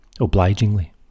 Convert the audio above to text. obligingly